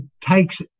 takes